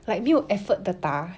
like 没有 effort 的打